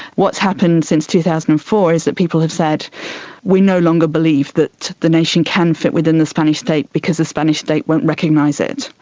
what's happened since two thousand and four is that people have said we no longer believe that the nation can fit within the spanish state because the spanish state won't recognise it.